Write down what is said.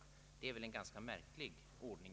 Det är väl i så fall en ganska märklig ordning.